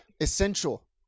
Essential